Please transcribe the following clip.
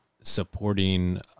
supporting